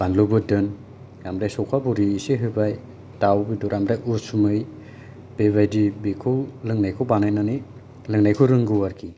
बानलुबोरदोन आमफ्राय सौखा बरि एसे होबाय दाउ बेदर आमफ्राय उसुमै बेबायदि बेखौ लोंनायखौ बानायनानै लोंनायखौ रोंगौ आरोखि